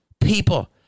people